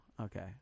okay